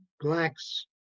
Blacks